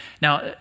Now